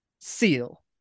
seal